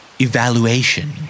Evaluation